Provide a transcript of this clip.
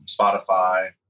Spotify